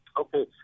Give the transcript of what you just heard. Okay